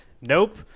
nope